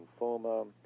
lymphoma